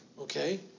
okay